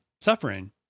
suffering